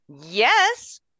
Yes